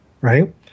right